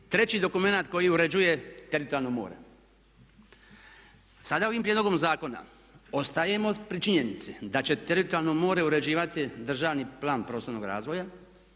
treći dokumenat koji uređuje teritorijalno more. Sada ovim prijedlogom zakona ostajemo pri činjenici da će teritorijalno more uređivati državni plan prostornog razvoja